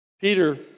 Peter